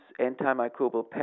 antimicrobial